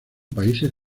países